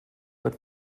but